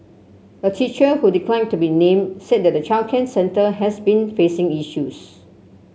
a teacher who declined to be named said that the childcare centre has been facing issues